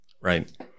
right